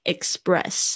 Express